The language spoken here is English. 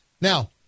Now